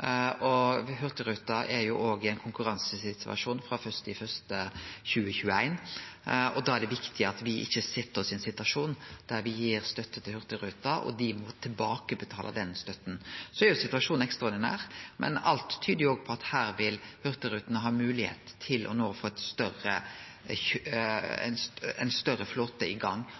Hurtigruten er òg i ein konkurransesituasjon frå 1. januar 2021. Da er det viktig at me ikkje set oss i en situasjon der me gir støtte til Hurtigruten og dei må betale tilbake den støtta. Situasjonen er ekstraordinær, men alt tyder på at no vil Hurtigruten ha moglegheit til å få ein større flåte i gang,